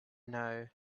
know